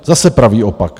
Zase pravý opak.